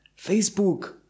Facebook